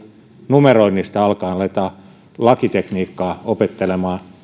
numeroinnista alkaen aletaan lakitekniikkaa opettelemaan